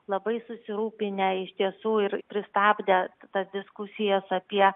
labai susirūpinę iš tiesų ir pristabdę tas diskusijas apie